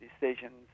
decisions